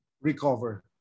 recover